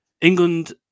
England